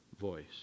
voice